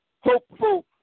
Hopeful